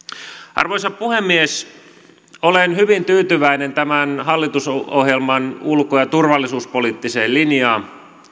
arvoisa puhemies olen hyvin tyytyväinen tämän hallitusohjelman ulko ja turvallisuuspoliittiseen linjaan